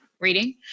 reading